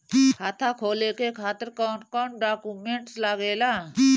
खाता खोले के खातिर कौन कौन डॉक्यूमेंट लागेला?